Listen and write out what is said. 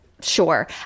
sure